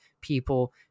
people